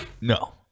No